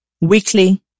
Weekly